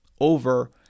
over